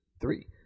three